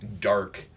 dark